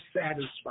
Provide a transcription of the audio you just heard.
satisfied